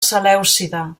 selèucida